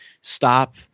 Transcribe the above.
Stop